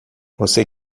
você